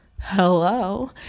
hello